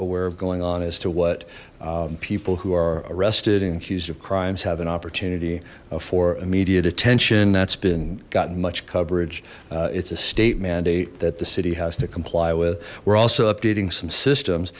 of going on as to what people who are arrested and accused of crimes have an opportunity for immediate attention that's been gotten much coverage it's a state mandate that the city has to comply with we're also updating some systems